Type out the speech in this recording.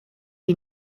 die